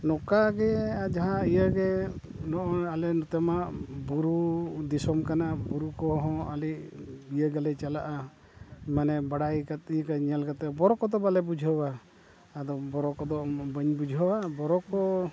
ᱱᱚᱝᱠᱟ ᱜᱮ ᱡᱟᱦᱟᱸ ᱤᱭᱟᱹ ᱜᱮ ᱱᱚᱜᱼᱚᱭ ᱟᱞᱮ ᱱᱚᱛᱮ ᱢᱟ ᱵᱩᱨᱩ ᱫᱤᱥᱚᱢ ᱠᱟᱱᱟ ᱵᱩᱨᱩ ᱠᱚᱦᱚᱸ ᱟᱞᱮ ᱤᱭᱟᱹ ᱜᱮᱞᱮ ᱪᱟᱞᱟᱜᱼᱟ ᱢᱟᱱᱮ ᱵᱟᱲᱟᱭ ᱠᱟᱛᱮᱫ ᱧᱮᱞ ᱠᱟᱛᱮᱫ ᱵᱚᱨᱚ ᱠᱚᱫᱚ ᱵᱟᱞᱮ ᱵᱩᱡᱷᱟᱹᱣᱟ ᱟᱫᱚ ᱵᱚᱨᱚ ᱠᱚᱫᱚ ᱵᱟᱹᱧ ᱵᱩᱡᱷᱟᱹᱣᱟ ᱵᱚᱨᱚ ᱠᱚ